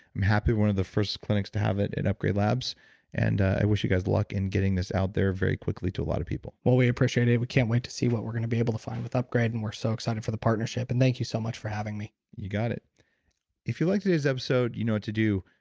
i'm happy one of the first clinics to have in and upgrade labs and i wish you guys luck in getting this out there very quickly to a lot of people well, we appreciate it. we can't wait to see what we're going to be able to find with upgrade and we're so excited for the partnership. and thank you so much for having me you've got it if you liked today's episode, you know what to do.